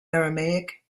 aramaic